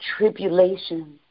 tribulation